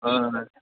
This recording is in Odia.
ହଁ ହଁ